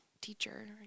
teacher